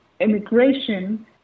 immigration